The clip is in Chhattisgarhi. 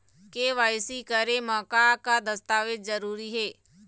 के.वाई.सी करे म का का दस्तावेज जरूरी हे?